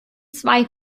zwei